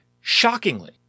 shockingly